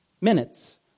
minutes